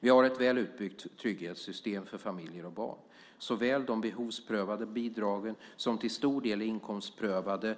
Vi har ett väl utbyggt trygghetssystem för familjer och barn. Såväl de behovsprövade bidragen, som till stor del är inkomstprövade,